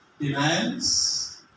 demands